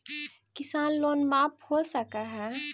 किसान लोन माफ हो सक है?